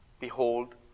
behold